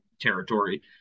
territory